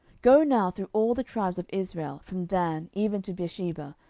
go now through all the tribes of israel, from dan even to beersheba,